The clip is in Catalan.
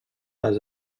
les